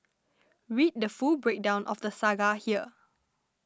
read the full breakdown of the saga here